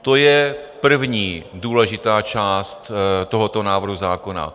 To je první důležitá část tohoto návrhu zákona.